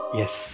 yes